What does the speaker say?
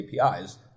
APIs